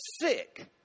sick